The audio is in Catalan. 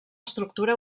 estructura